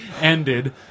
ended